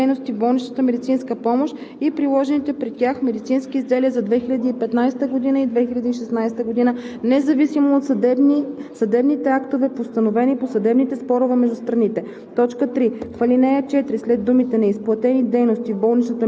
на извършените и отчетените, но незаплатени дейности в болничната медицинска помощ и приложените при тях медицински изделия за 2015 г. и 2016 г., независимо от съдебните актове, постановени по съдебните спорове между страните.